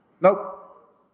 Nope